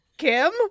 Kim